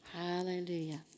Hallelujah